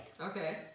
Okay